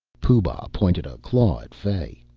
pooh-bah pointed a claw at fay.